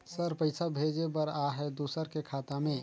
Sir पइसा भेजे बर आहाय दुसर के खाता मे?